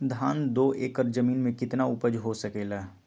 धान दो एकर जमीन में कितना उपज हो सकलेय ह?